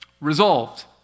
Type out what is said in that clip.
Resolved